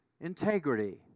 integrity